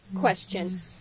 question